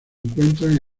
encuentran